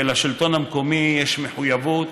ולשלטון המקומי יש מחויבות